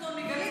סרטון מגלית,